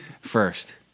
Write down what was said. first